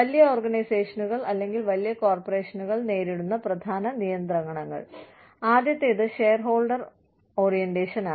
വലിയ ഓർഗനൈസേഷനുകൾ അല്ലെങ്കിൽ വലിയ കോർപ്പറേഷനുകൾ നേരിടുന്ന പ്രധാന നിയന്ത്രണങ്ങൾ ആദ്യത്തേത് ഷെയർഹോൾഡർ ഓറിയന്റേഷനാണ്